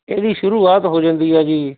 ਇਹ ਦੀ ਸ਼ੁਰੂਆਤ ਹੋ ਜਾਂਦੀ ਆ ਜੀ